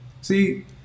See